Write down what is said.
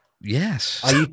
Yes